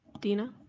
dena?